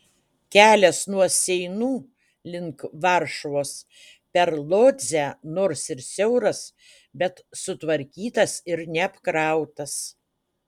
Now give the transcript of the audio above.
kelias nuo seinų link varšuvos per lodzę nors ir siauras bet sutvarkytas ir neapkrautas